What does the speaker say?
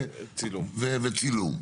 וצילום.